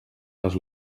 les